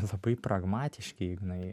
labai pragmatiški jinai